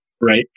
Right